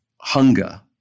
hunger